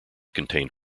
contained